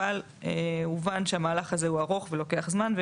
אבל הובן שהמהלך הזה הוא ארוך והוא לוקח זמן,